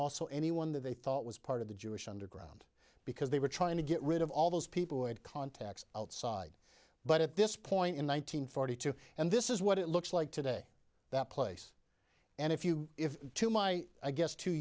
also anyone that they thought was part of the jewish underground because they were trying to get rid of all those people who had contacts outside but at this point in one nine hundred forty two and this is what it looks like today that place and if you if to my i guess to